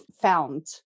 found